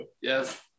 Yes